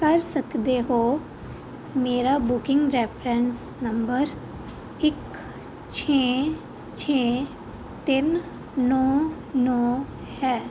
ਕਰ ਸਕਦੇ ਹੋ ਮੇਰਾ ਬੁਕਿੰਗ ਰੈਫਰੈਂਸ ਨੰਬਰ ਇੱਕ ਛੇ ਛੇ ਤਿੰਨ ਨੌਂ ਨੌਂ ਹੈ